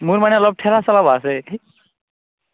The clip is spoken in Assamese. মোৰ মানে অলপ ঠেলা চলাব আছে